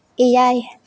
ᱮᱭᱟᱭ